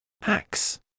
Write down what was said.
Hacks